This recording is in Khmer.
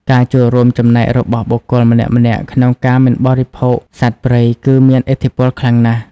ការចូលរួមចំណែករបស់បុគ្គលម្នាក់ៗក្នុងការមិនបរិភោគសត្វព្រៃគឺមានឥទ្ធិពលខ្លាំងណាស់។